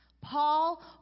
Paul